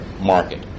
market